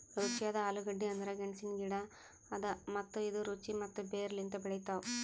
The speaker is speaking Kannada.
ರುಚಿಯಾದ ಆಲೂಗಡ್ಡಿ ಅಂದುರ್ ಗೆಣಸಿನ ಗಿಡ ಅದಾ ಮತ್ತ ಇದು ರುಚಿ ಮತ್ತ ಬೇರ್ ಲಿಂತ್ ಬೆಳಿತಾವ್